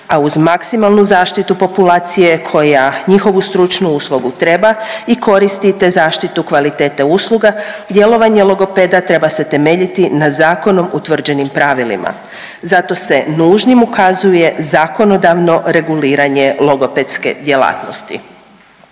a uz maksimalnu zaštitu populacije koja njihovu stručnu uslugu treba i koristi te zaštitu kvalitete usluga, djelovanje logopeda treba se temeljiti na zakonom utvrđenim pravilima zato se nužnim ukazuje zakonodavno reguliranje logopedske djelatnosti.